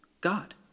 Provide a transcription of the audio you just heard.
God